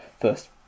first